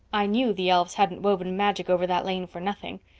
i knew the elves hadn't woven magic over that lane for nothing.